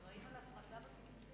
האחראים על ההפרטה בקיבוצים.